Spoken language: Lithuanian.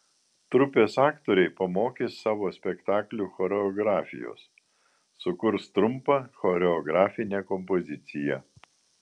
trupės aktoriai pamokys savo spektaklių choreografijos sukurs trumpą choreografinę kompoziciją